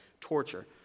torture